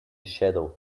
shadow